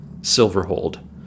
Silverhold